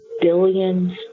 billions